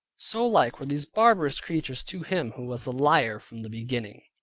so like were these barbarous creatures to him who was a liar from the beginning.